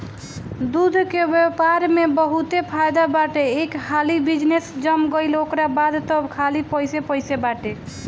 दूध के व्यापार में बहुते फायदा बाटे एक हाली बिजनेस जम गईल ओकरा बाद तअ खाली पइसे पइसे बाटे